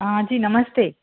हा जी नमस्ते